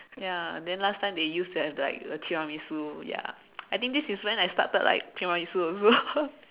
ya and then last time they used to have like the tiramisu ya I think this is when I started like the tiramisu also